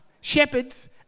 shepherds